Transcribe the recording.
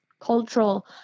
cultural